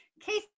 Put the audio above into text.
Casey